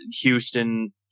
Houston